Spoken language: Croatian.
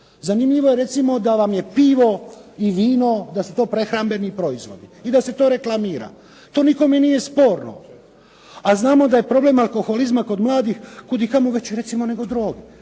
Zanimljivo je recimo da vam je pivo i vino da su to prehrambeni proizvodi i da se to reklamira, to nikome nije sporno. A znamo da je problem alkoholizma kod mladih kud i kamo veći recimo nego droge.